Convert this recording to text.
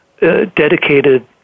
dedicated